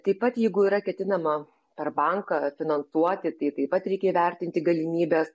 taip pat jeigu yra ketinama per banką finansuoti tai taip pat reikia įvertinti galimybes